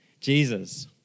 Jesus